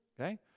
Okay